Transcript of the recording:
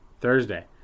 Thursday